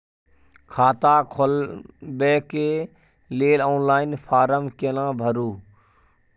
खाता खोलबेके लेल ऑनलाइन फारम केना भरु?